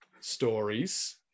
stories